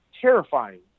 terrifying